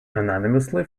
unanimously